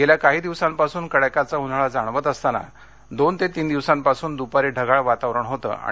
गेल्या काही दिवसांपासून कडाक्याचा उन्हाळा जाणवत असताना दोन ते तीन दिवसांपासून दूपारी ढगाळ वातावरण होते आणि पाऊस सुरू होतो